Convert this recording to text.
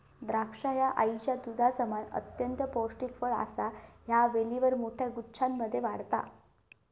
द्राक्षा ह्या आईच्या दुधासमान अत्यंत पौष्टिक फळ असा ह्या वेलीवर मोठ्या गुच्छांमध्ये वाढता